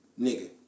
Nigga